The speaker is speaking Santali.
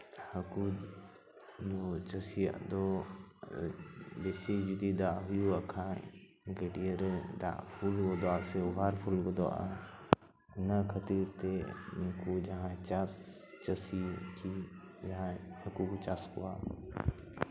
ᱦᱟᱹᱠᱩ ᱪᱟᱹᱥᱤᱭᱟᱜ ᱫᱚ ᱵᱮᱥᱤ ᱡᱩᱫᱤ ᱫᱟᱜ ᱦᱩᱭᱩᱜ ᱠᱷᱟᱡ ᱜᱟᱹᱰᱭᱟᱹ ᱨᱮ ᱫᱟᱜ ᱯᱷᱩᱞ ᱜᱚᱫᱚᱜ ᱟᱥᱮ ᱚᱵᱷᱟᱨ ᱯᱷᱩᱞ ᱜᱚᱫᱚᱜᱼᱟ ᱚᱱᱟ ᱠᱷᱟᱹᱛᱤᱨ ᱛᱮ ᱩᱱᱠᱩ ᱡᱟᱦᱟᱸ ᱪᱟᱥ ᱪᱟᱹᱥᱤ ᱠᱤ ᱡᱟᱦᱟᱸ ᱦᱟᱹᱠᱩ ᱠᱚ ᱪᱟᱥ ᱠᱚᱣᱟ